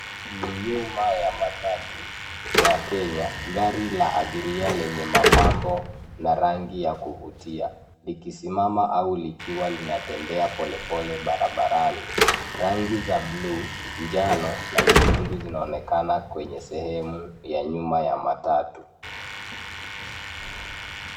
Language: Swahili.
Ni nyuma ya matatu ya Kenya, gari la abiria lenye mapambo na rangi ya kuvutia likisimama au likiwa linatembea polepole barabarani. Rangi za bluu, njano na nyekundu zinaonekana kwenye sehemu ya nyuma ya matatu.